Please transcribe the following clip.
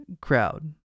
crowd